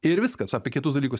ir viskas apie kitus dalykus